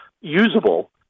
usable